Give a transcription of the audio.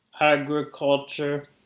agriculture